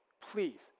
please